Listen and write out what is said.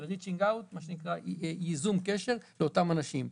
מה שנקרא "ייזום קשר" לאותם אנשים.